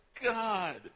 God